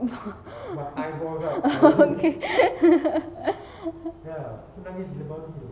okay